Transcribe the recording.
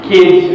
Kids